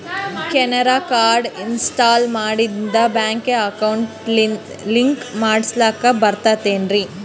QR code install ಮಾಡಿಂದ ಬ್ಯಾಂಕಿನ account link ಮಾಡಸ್ಲಾಕ ಬರ್ತದೇನ್ರಿ